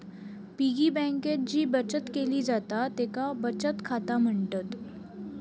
piggy बँकेत जी बचत केली जाता तेका बचत खाता म्हणतत